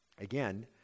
again